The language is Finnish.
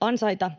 ansaita.